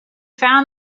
found